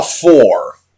four